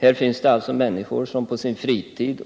Här finns det människor som på sin fritid